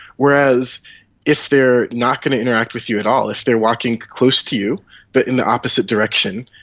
whereas if they are not going to interact with you at all, if they are walking close to you but in the opposite direction,